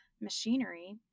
machinery